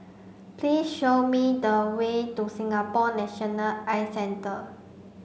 please show me the way to Singapore National Eye Centre